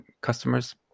customers